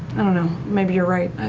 i don't know, maybe you're right,